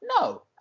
No